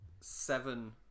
seven